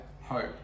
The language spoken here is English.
hope